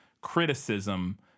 criticism